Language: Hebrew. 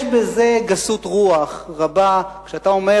יש בזה גסות רוח רבה כשאתה אומר: